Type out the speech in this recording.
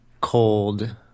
cold